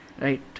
Right